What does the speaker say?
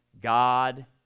God